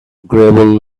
gravel